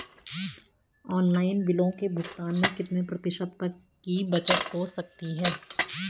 Online बिलों के भुगतान में कितने प्रतिशत तक की बचत हो सकती है?